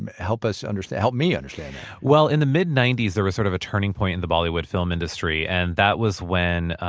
and help us understand. help me understand well, in the mid ninety s, there was sort of a turning point in the bollywood film industry, and that was when